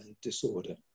disorder